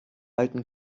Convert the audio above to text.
alten